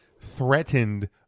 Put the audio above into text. threatened